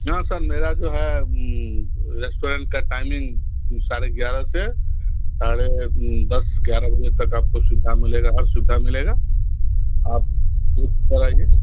हाँ सर मेरा जो है रेस्टोरेंट का टाइमिंग साढ़े ग्यारह से साढ़े दस ग्यारह बजे तक आप को सुविधा मिलेगी हर सुविधा मिलेगी आप दू पर आइए